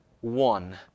one